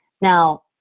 now